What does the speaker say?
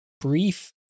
brief